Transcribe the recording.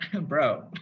Bro